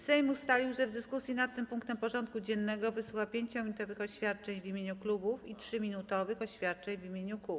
Sejm ustalił, że w dyskusji nad tym punktem porządku dziennego wysłucha 5-minutowych oświadczeń w imieniu klubów i 3-minutowych oświadczeń w imieniu kół.